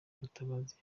gatabazi